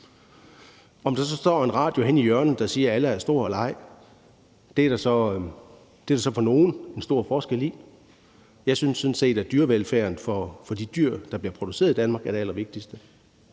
Om der så står en radio henne i hjørnet, der siger, at Allah er stor, eller der ikke gør, er der så for nogen en stor forskel i. Jeg synes sådan set, at dyrevelfærden for de dyr, der bliver produceret i Danmark, er det allervigtigste.